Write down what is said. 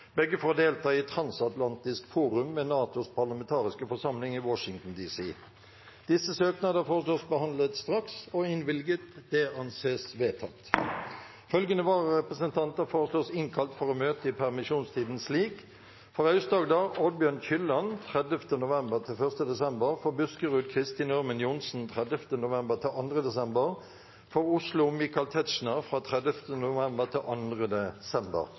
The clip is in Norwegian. begge for å delta i Transatlantisk forum med NATOs parlamentariske forsamling i Washington DC Etter forslag fra presidenten ble enstemmig besluttet: Søknadene behandles straks og innvilges. Følgende vararepresentanter innkalles for å møte i permisjonstiden slik: For Aust-Agder: Oddbjørn Kylland 30. november–1. desember For Buskerud: Kristin Ørmen Johnsen 30. november–2. desember For Oslo: Michael Tetzschner fra 30. november–2. desember